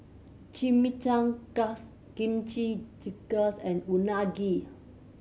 Chimichangas Kimchi Jjigae and Unagi